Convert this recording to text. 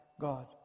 God